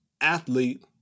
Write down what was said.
athlete